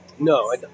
No